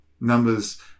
Numbers